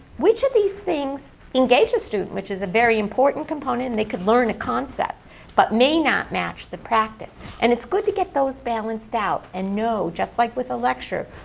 which of these things engage a student? which is a very important component and they could learn a concept but may not match the practice? and it's good to get those balanced out and know, just like with a lecture,